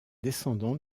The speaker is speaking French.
descendant